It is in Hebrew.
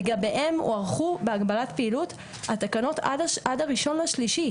לגביהם הוארכו בהגבלת פעילות התקנות עד ה-1.3.